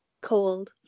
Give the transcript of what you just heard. Cold